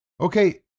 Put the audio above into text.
okay